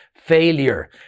failure